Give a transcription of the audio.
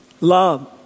love